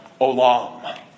Olam